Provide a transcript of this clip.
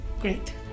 great